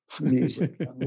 music